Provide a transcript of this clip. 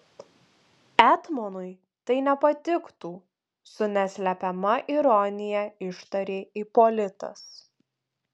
etmonui tai nepatiktų su neslepiama ironija ištarė ipolitas